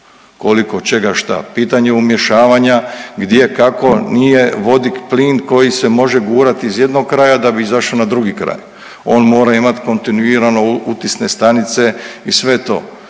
koliko čega šta, pitanje umješavanja gdje, kako nije vodik plin koji se može gurati iz jednog kraja da bi izašao na drugi kraj. On mora imati kontinuirano utisne stanice i sve to.